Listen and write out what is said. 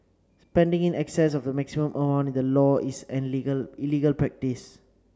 spending in excess of the maximum amount in the law is an legal illegal practice